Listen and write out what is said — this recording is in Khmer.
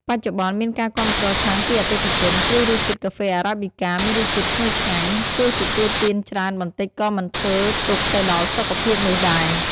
បច្ចុប្បន្នមានការគាំទ្រខ្លាំងពីអតិថិជន ព្រោះរសជាតិកាហ្វេArabica មានរសជាតិឈ្ងុយឆ្ងាញ់ ទោះទទួលទានច្រើនបន្តិចក៏មិនធ្វើទុក្ខទៅដល់សុខភាពនោះដែរ។